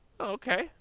Okay